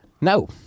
No